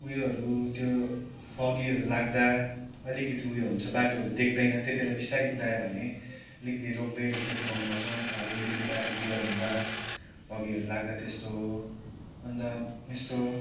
उयोहरू त्यो फगीहरू लाग्दा अलिकति उयो हुन्छ बाटोहरू देख्दैन त्यतिबेला बिस्तारी कुदायो भने अलिकति रोक्दै रोक्दै कुदाउनु पर्छ अब अलिकति बाटो क्लियर हुँदा फगीहरू लाग्दा त्यस्तो अन्त यस्तो